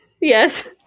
Yes